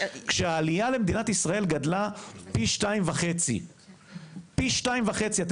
כשהעלייה למדינת ישראל גדלה פי 2.5. היום